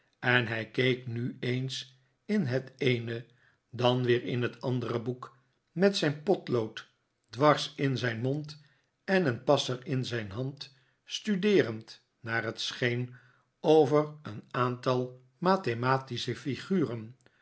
en hij keek nu eens in het eene en dan weer in het andere boek met een potlood dwars in zijn mond en een passer in zijn hand studeerend naar het scheen over een aantal mathematische figuren